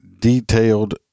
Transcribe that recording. detailed